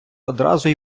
одразу